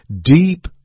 deep